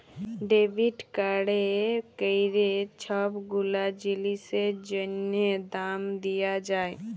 debit কাড়ে ক্যইরে ছব গুলা জিলিসের জ্যনহে দাম দিয়া যায়